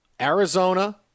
Arizona